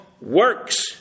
works